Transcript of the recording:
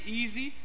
easy